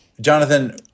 Jonathan